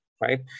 Right